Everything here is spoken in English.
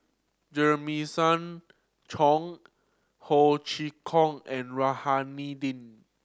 Jeremiah Choy Ho Chee Kong and Rohani Din